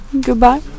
Goodbye